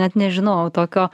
net nežinojau tokio